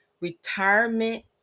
retirement